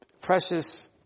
precious